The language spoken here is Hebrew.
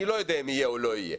אני לא יודע אם יהיה או לא יהיה.